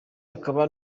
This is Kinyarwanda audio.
akaba